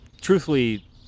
truthfully